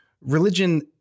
religion